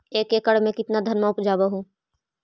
एक एकड़ मे कितना धनमा उपजा हू?